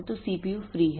तो CPU free है